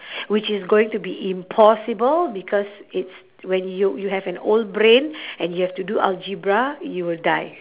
which is going to be impossible because it's when you you have an old brain and you have to do algebra you will die